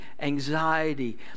anxiety